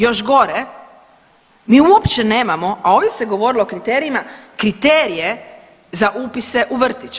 Još gore mi uopće nemamo, a uvijek se govorilo o kriterijima, kriterije za upise u vrtić.